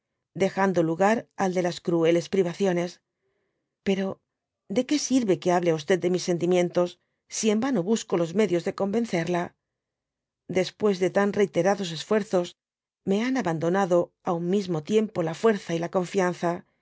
dejando lugar al de las crueles privaciones pero de qué sirve que hable á de mis sentimientosj si en vano busco dby google los medios de convencerla después de tan reiterados esfuerzos me han abandonado á un mbmo tiempo la fuerza y la confianza